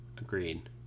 Agreed